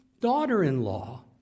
daughter-in-law